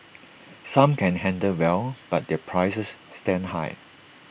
some can handle well but their prices stand high